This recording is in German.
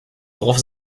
worauf